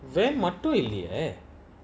then must throw in the air